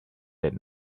that